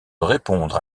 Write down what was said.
répondre